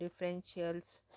differentials